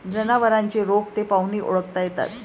जनावरांचे रोग ते पाहूनही ओळखता येतात